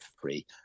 free